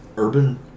Urban